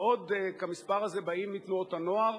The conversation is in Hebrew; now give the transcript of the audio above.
ועוד כמספר הזה באים מתנועות הנוער,